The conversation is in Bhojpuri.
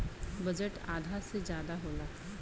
बजट आधा से जादा होला